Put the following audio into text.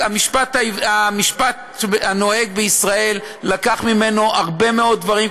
המשפט הנוהג בישראל לקח ממנו הרבה מאוד דברים,